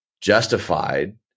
justified